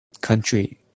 country